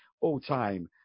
all-time